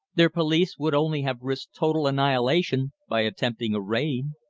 their police would only have risked total annihilation by attempting a raid.